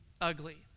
ugly